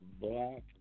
black